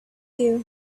you